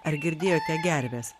ar girdėjote gerves